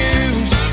use